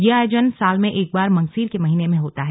यह आयोजन वर्ष में एक बार मंगसीर के महीने में होता है